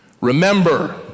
Remember